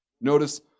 Notice